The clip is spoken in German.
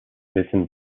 wissen